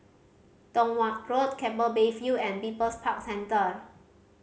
Tong Watt Road Keppel Bay View and People's Park Centre